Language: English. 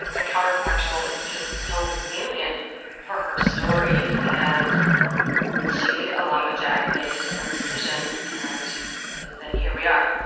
like the counterfactual is just so salient for her story. story. and and she, along with jack, made a different decision and and then here we are